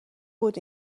بود